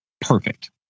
perfect